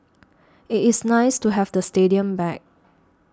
it is nice to have the stadium back